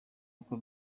uko